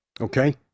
Okay